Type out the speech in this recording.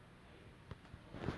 with playing football leg